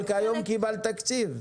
אבל כיום קיבלת תקציב.